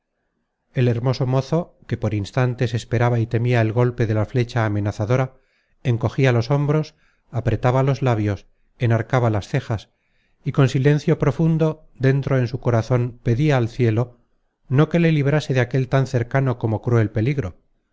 el hermoso mozo que por instantes esperaba y temia el golpe de la flecha amenazadora encogia los hombros apretaba los labios enarcaba las cejas y con silencio profundo dentro en su corazon pedia al cielo no que le librase de aquel tan cercano como cruel peligro